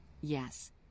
Yes